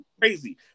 crazy